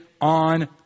on